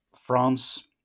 France